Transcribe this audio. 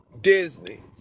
Disney